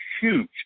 huge